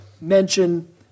mention